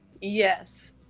Yes